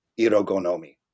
Irogonomi